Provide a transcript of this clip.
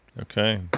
Okay